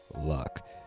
luck